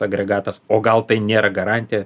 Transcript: agregatas o gal tai nėra garantija